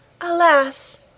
Alas